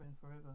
forever